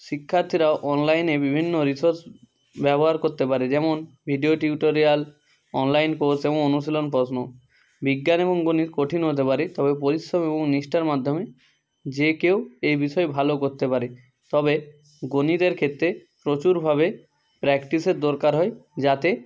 শিক্ষার্থীরা অনলাইনে বিভিন্ন রিসোর্স ব্যবহার করতে পারে যেমন ভিডিও টিউটোরিয়াল অনলাইন কোর্স যেমন অনুশীলন প্রশ্ন বিজ্ঞান এবং গণিত কঠিন হতে পারে তবে পরিশ্রম এবং নিষ্ঠার মাধ্যমে যে কেউ এই বিষয়ে ভালো করতে পারে তবে গণিতের ক্ষেত্রে প্রচুরভাবে প্র্যাকটিসের দরকার হয় যাতে